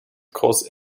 cause